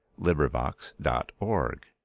Librivox.org